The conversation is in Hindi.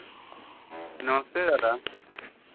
नमस्ते दादा